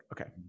Okay